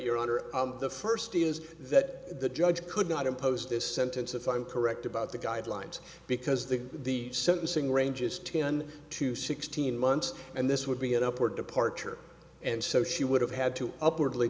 your honor of the first is that the judge could not impose this sentence if i'm correct about the guidelines because the the sentencing range is ten to sixteen months and this would be an upward departure and so she would have had to upwardly